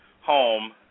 home